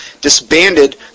disbanded